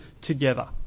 together